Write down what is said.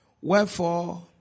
wherefore